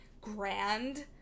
grand